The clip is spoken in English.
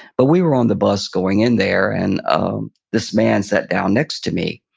but we were on the bus going in there, and um this man sat down next to me.